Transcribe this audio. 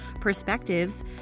perspectives